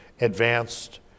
advanced